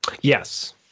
Yes